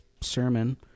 sermon